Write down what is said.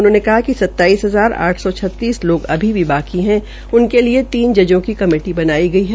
उन्होंन कि सताइस हजार आठ सौ छतीस लोग अभी भी बाकी है उनके लिये तीन जजों का कमेटी बनाई गई है